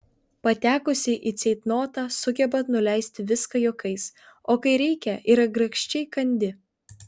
patekusi į ceitnotą sugeba nuleisti viską juokais o kai reikia yra grakščiai kandi